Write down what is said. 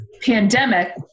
pandemic